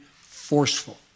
forceful